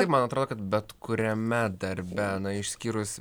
taip man atrodo kad bet kuriame darbe na išskyrus